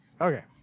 Okay